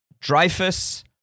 Dreyfus